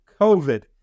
COVID